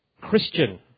Christian